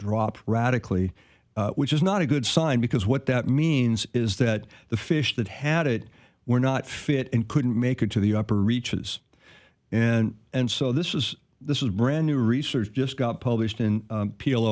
dropped radically which is not a good sign because what that means is that the fish that had it were not fit and couldn't make it to the upper reaches and and so this is this is brand new research just got published in